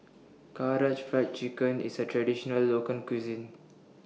Karaage Fried Chicken IS A Traditional Local Cuisine